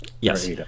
Yes